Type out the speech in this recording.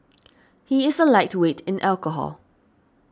he is a lightweight in alcohol